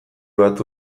bat